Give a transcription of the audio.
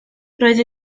roedd